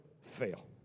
fail